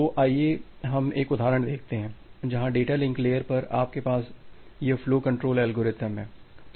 तो आइये हम एक उदाहरण देखते हैं जहां डेटा लिंक लेयर पर आपके पास यह फ्लो कंट्रोल एल्गोरिथम है